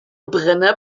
brenner